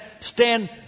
stand